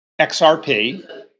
XRP